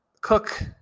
Cook